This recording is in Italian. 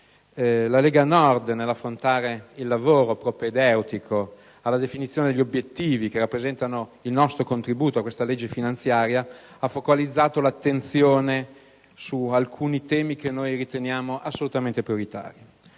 La Lega Nord nell'affrontare il lavoro propedeutico alla definizione degli obiettivi che rappresentano il nostro contributo a questa manovra finanziaria ha focalizzato l'attenzione su alcuni temi che ritiene assolutamente prioritari.